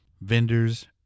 vendors